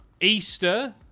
Easter